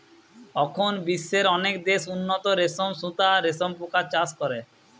অখন বিশ্বের অনেক দেশ উন্নত রেশম সুতা আর রেশম পোকার চাষ করে